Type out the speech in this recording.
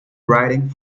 writing